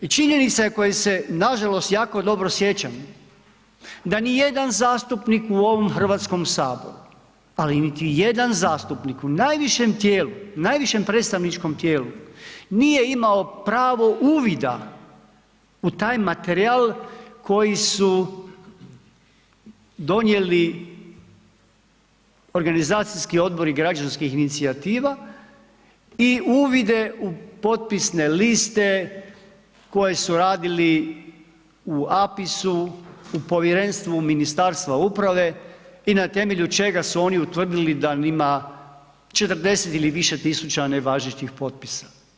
Činjenica je koje se nažalost jako dobro sjećam, da ni jedan zastupnik u ovom Hrvatskom saboru, ali niti jedan zastupnik u najvišem tijelu, najvišem predstavničkom tijelu nije imao pravo uvida u taj materijal koji su donijeli organizacijski odbori građanskih inicijativa i uvide u potpisne liste koje su radili u APIS-u, u povjerenstvu Ministarstva uprave i na temelju čega su oni utvrdili da ima 40 ili više tisuća nevažećih potpisa.